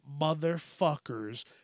motherfuckers